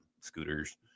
scooters